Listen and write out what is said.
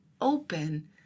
open